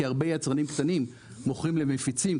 כי הרבה יצרנים קטנים מוכרים למפיצים,